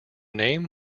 name